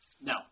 No